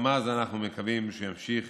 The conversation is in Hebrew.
גם אז אנחנו מקווים שימשיך